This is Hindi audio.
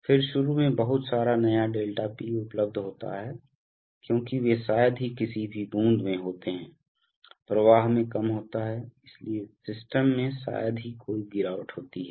फिर शुरू में बहुत सारा नया ∆P उपलब्ध होता हैं क्योंकि वे शायद ही किसी भी बूंद में होते हैं प्रवाह में कम होता है इसलिए सिस्टम में शायद ही कोई गिरावट होती है